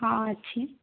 ହଁ ଅଛି